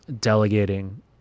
delegating